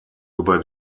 über